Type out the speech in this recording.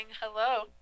Hello